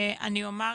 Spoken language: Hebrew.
אני אומר,